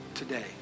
today